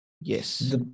Yes